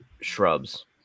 shrubs